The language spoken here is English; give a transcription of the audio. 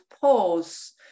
pause